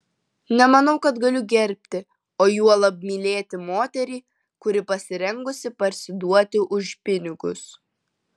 nemanau kad galiu gerbti o juolab mylėti moterį kuri pasirengusi parsiduoti už pinigus